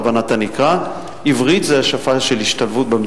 אבל אנחנו צריכים דיון או שניים,